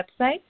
website